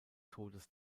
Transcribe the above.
todes